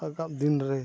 ᱟᱜᱟᱢ ᱫᱤᱱ ᱨᱮ